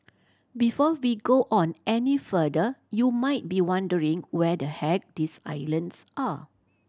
before we go on any further you might be wondering where the heck these islands are